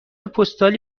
پستالی